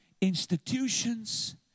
institutions